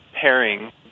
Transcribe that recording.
pairing